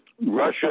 Russia